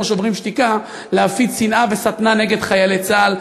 "שוברים שתיקה" להפיץ שנאה ושטנה נגד חיילי צה"ל.